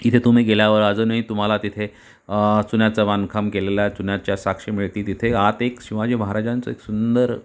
तिथे तुम्ही गेल्यावर अजूनही तुम्हाला तिथे चुन्याचं बांधकाम केलेलं आहे चुन्याच्या साक्षी मिळतील तिथे आत एक शिवाजी महाराजांचं एक सुंदर